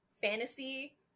fantasy